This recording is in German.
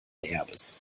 erbes